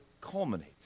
culminate